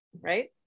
right